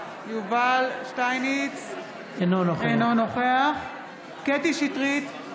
אינו נוכח קטי קטרין שטרית,